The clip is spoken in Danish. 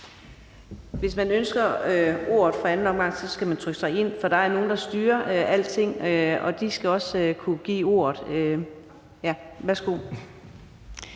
Hvis man ønsker ordet i en anden omgang, skal man trykke sig ind. For der er nogen, der styrer alting, og de skal også kunne give ordet. Værsgo.